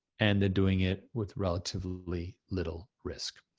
and they're doing it with relatively little risk.